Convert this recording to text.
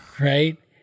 Right